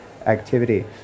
activity